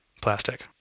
plastic